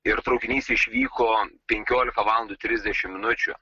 ir traukinys išvyko penkiolika valandų trisdešim minučių